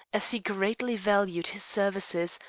as he greatly valued his services,